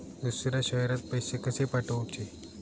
दुसऱ्या शहरात पैसे कसे पाठवूचे?